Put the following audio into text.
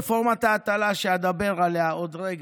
רפורמת ההטלה, שאדבר עליה עוד רגע,